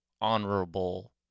honorable